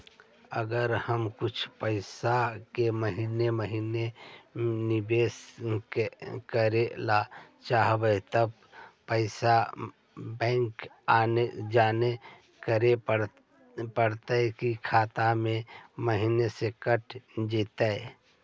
अगर हम कुछ पैसा के महिने महिने निबेस करे ल चाहबइ तब पैसा बैक आके जमा करे पड़तै कि खाता से महिना कट जितै?